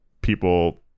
people